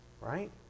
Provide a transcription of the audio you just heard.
Right